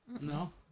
No